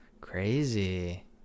Crazy